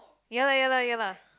ya lah ya lah ya lah